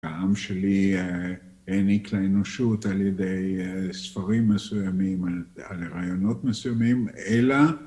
העם שלי העניק לאנושות על ידי ספרים מסוימים, על הרעיונות מסוימים, אלא